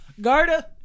Garda